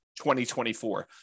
2024